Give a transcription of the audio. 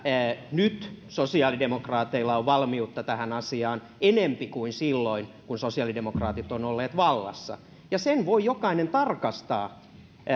nyt sosiaalidemokraateilla on valmiutta tähän asiaan enempi kuin silloin kun sosiaalidemokraatit ovat olleet vallassa sen voi jokainen tarkastaa